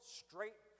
straight